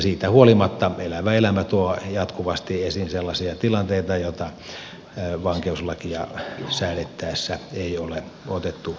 siitä huolimatta elävä elämä tuo jatkuvasti esiin sellaisia tilanteita joita vankeuslakia säädettäessä ei ole otettu huomioon